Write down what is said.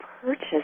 purchase